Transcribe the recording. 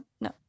no